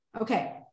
Okay